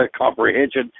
comprehension